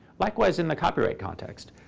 likewise in the copyright context.